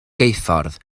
geuffordd